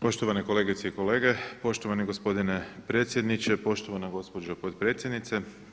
Poštovane kolegice i kolege, poštovani gospodine predsjedniče, poštovana gospođo potpredsjednice.